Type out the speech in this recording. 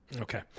Okay